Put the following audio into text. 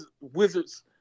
Wizards